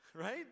Right